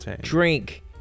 drink